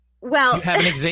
Well-